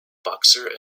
boxer